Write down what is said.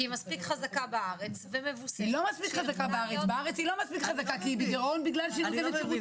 אבל חסר בסעיף הזה ולא נאמר איך מעדכנים את הסכום